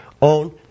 on